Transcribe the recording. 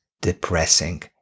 depressing